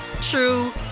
true